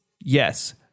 yes